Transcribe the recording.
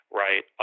right